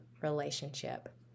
relationship